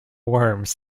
worms